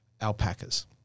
alpacas